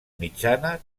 mitjana